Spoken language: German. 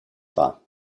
war